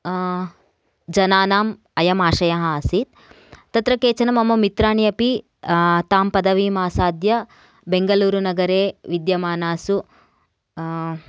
जनानाम् अयम् आशयः आसीत् तत्र केचन मम मित्राणि अपि तां पदवीम् आसाद्य बेङ्गलूरुनगरे विद्यमानासु